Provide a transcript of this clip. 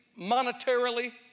monetarily